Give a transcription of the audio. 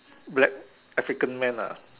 black African man lah